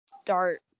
start